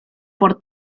por